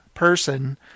Person